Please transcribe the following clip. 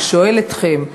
אני שואל אתכם,